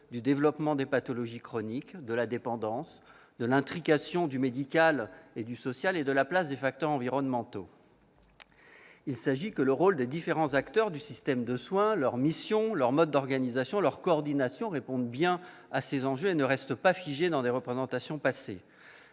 du développement des pathologies chroniques, de la dépendance, de l'intrication du médical et du social et de la place des facteurs environnementaux. Il importe que le rôle des différents acteurs du système de soins, leurs missions, leurs modes d'organisation et leur coordination répondent bien à ces enjeux et ne restent pas figés dans des représentations passées.